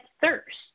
thirst